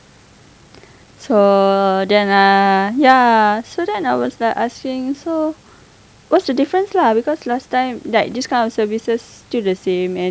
so then I ya so then I was like asking so what's the difference lah because last time like this kind of services still the same and